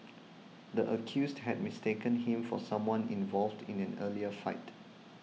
the accused had mistaken him for someone involved in an earlier fight